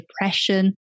depression